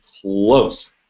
close